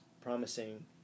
promising